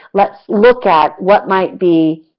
let's look at what might be,